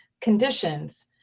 conditions